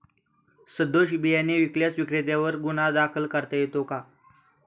सदोष बियाणे विकल्यास विक्रेत्यांवर गुन्हा दाखल करता येतो का?